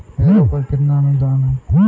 Harrow पर कितना अनुदान है?